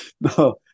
No